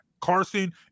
Carson